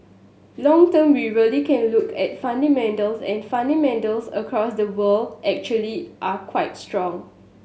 long term we really can look at fundamentals and fundamentals across the world actually are quite strong